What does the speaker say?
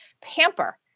pamper